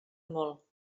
molt